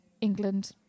England